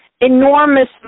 enormous